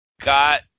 got